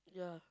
ya